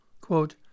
Quote